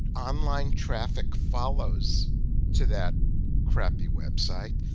online traffic follows to that crappy websites.